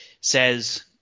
says